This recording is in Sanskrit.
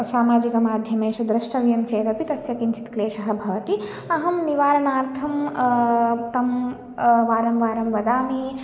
सामाजिकमाध्यमेषु द्रष्टव्यं चेदपि तस्य किञ्चित् क्लेशः भवति अहं निवारणार्थं तं वारं वारं वदामि